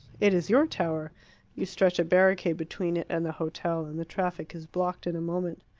it is your tower you stretch a barricade between it and the hotel, and the traffic is blocked in a moment.